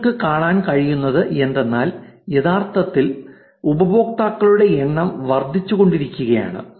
നിങ്ങൾക്ക് കാണാൻ കഴിയുന്നത് എന്തെന്നാൽ യഥാർത്ഥത്തിൽ ഉപയോക്താക്കളുടെ എണ്ണം വർദ്ധിച്ചുകൊണ്ടിരിക്കുകയാണ്